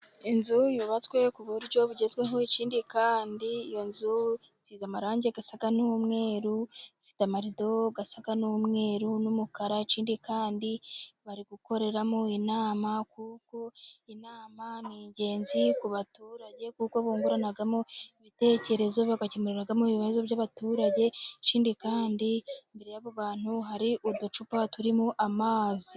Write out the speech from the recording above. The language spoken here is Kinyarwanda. Inzu yubatswe ku buryo bugezweho, ikindi kandi iyo nzu isize amarangi asa n'umweru, ifite n'amarido asa n'umweru n'umukara, ikindi kandi bari gukoreramo inama, kuko inama ni ingenzi ku baturage, kuko bunguranamo ibitekerezo, bagakemuriramo ibibazo by'abaturage, ikindi kandi imbere y'abantu hari uducupa turimo amazi.